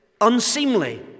unseemly